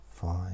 five